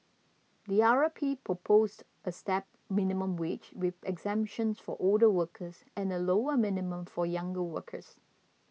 the R P proposed a stepped minimum wage with exemptions for older workers and a lower minimum for younger workers